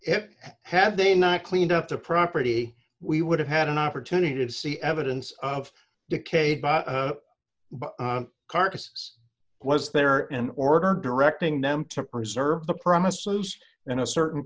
it had they not cleaned up the property we would have had an opportunity to see evidence of decayed carcass was there in order directing them to preserve the promises in a certain